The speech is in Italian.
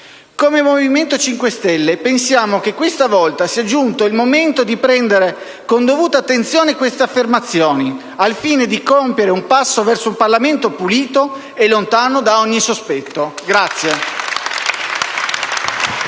Come Movimento 5 Stelle pensiamo che questa volta sia giunto il momento di prendere con la dovuta attenzione queste affermazioni, al fine di compiere un passo verso un Parlamento pulito e lontano da ogni sospetto.